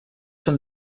són